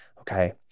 okay